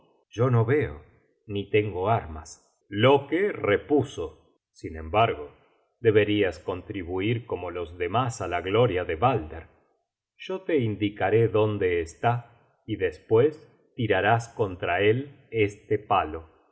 yo no veo ni tengo armas loke repuso sin embargo deberias contribuir como los demas á la gloria de balder yo te indicaré dónde está y despues tirarás contra él este palo